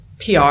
PR